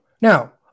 Now